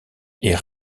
est